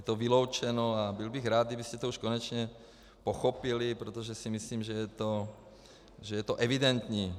Je vyloučeno a byl bych rád, kdybyste to už konečně pochopili, protože si myslím, že je to evidentní.